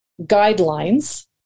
guidelines